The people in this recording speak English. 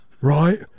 Right